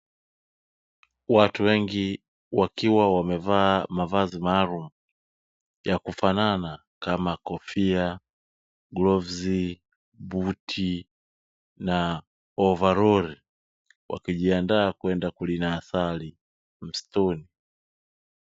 Watu wengi, wakiwa wamevaa mavazi maalumu ya kufanana kama kofia, glavu, buti na ovaroli wakijiandaa kwenda kurina asali msituni.